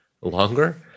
longer